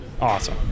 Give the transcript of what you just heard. awesome